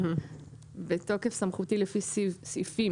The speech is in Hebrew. התשפ"ב-2022 בתוקף סמכותי לפי סעיפים